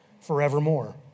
forevermore